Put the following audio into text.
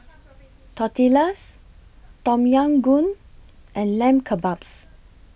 Tortillas Tom Yam Goong and Lamb Kebabs